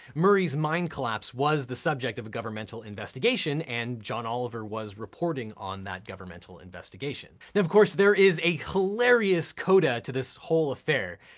murray's mine collapse was the subject of a governmental investigation, and john oliver was reporting on that governmental investigation. now of course, there is a hilarious coda to this whole affair.